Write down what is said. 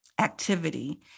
activity